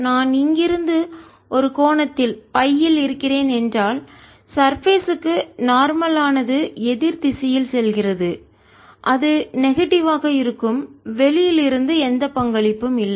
நான் இங்கிருந்து ஒரு கோணத்தில்Φஇல் இருக்கிறேன் என்றால்சர்பேஸ் க்கு மேற்பரப்பு நார்மல் ஆனது எதிர் திசையில் செல்கிறது அது நெகட்டிவ் எதிர்மறை ஆக இருக்கும் வெளியில் இருந்து எந்த பங்களிப்பும் இல்லை